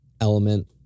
element